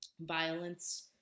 violence